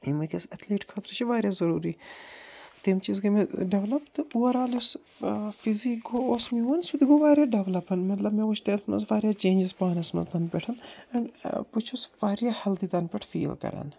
یِم وٕنکٮ۪س اٮ۪تھلیٖٹ خٲطرٕ چھِ وارِیاہ ضُروٗری تِم چیٖز گٔے مےٚ ڈٮ۪ولاپ تہٕ اُور آل یُس فِزیٖک گوٚو اوس میون سُہ تہِ گوٚو وارِیاہ ڈٮ۪ولاپن مطلب مےٚ وٕچھِ تتھ منٛز وارِیاہ چینٛج پانس منٛز تن پٮ۪ٹھ اینٛڈ بہٕ چھُس وارِیاہ ہٮ۪لدی تن پٮ۪ٹھ فیٖل کَران